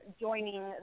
joining